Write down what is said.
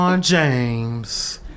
James